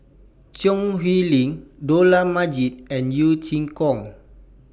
Choo Hwee Lim Dollah Majid and Yeo Chee Kiong